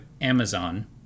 Amazon